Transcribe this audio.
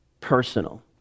personal